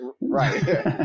right